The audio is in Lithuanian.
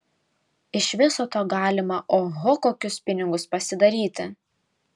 iš viso to galima oho kokius pinigus pasidaryti